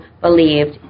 believed